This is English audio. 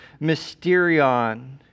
mysterion